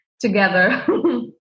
together